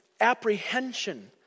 apprehension